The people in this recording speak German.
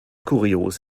kurios